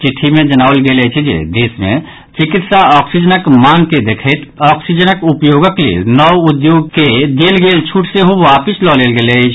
चिटि्ठ मे जनाओल गेल अछि जे देश मे चिकित्सा ऑक्सीजनक मांग के देखैत ऑक्सीजनक उपयोगक लेल नओ उद्योग के देल गेल छूट सेहो वापिस लऽ लेल गेल अछि